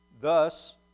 Thus